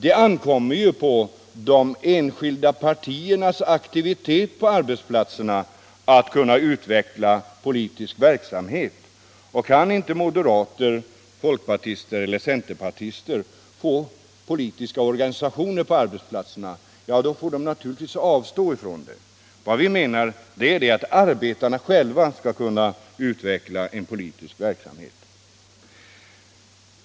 Det ankommer ju på de enskilda partierna att utveckla politisk aktivitet på arbetsplatserna, och kan inte moderater, folkpartister eller centerpartister bilda politiska organisationer på arbetsplatserna, så får de naturligtvis avstå från det. Vad vi menar är att arbetarna själva skall kunna utveckla en politisk verksamhet.